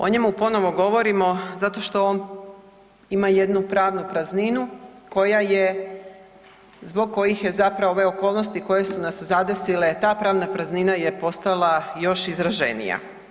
O njemu ponovo govorimo zato što on ima jednu pravnu prazninu koja je, zbog kojih je zapravo ove okolnosti koje su nas zadesile, ta pravna praznina je postala još izraženija.